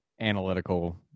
analytical